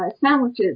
sandwiches